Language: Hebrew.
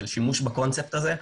של שימוש בקונספט הזה,